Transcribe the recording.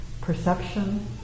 Perception